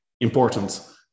important